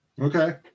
Okay